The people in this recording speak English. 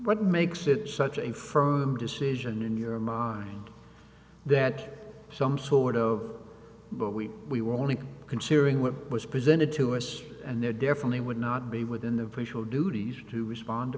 what makes it such a firm decision in your mind that some sort of but we we were only considering what was presented to us and there definitely would not be within the pre show duties to respond to